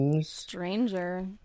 Stranger